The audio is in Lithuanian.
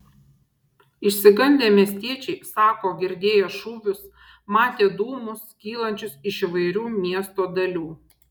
išsigandę miestiečiai sako girdėję šūvius matę dūmus kylančius iš įvairių miesto dalių